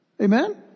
Amen